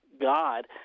god